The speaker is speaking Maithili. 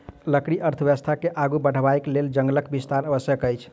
लकड़ी अर्थव्यवस्था के आगू बढ़यबाक लेल जंगलक विस्तार आवश्यक अछि